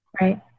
Right